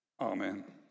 Amen